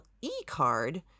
e-card